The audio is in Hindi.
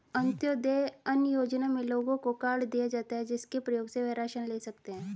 अंत्योदय अन्न योजना में लोगों को कार्ड दिए जाता है, जिसके प्रयोग से वह राशन ले सकते है